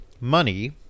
money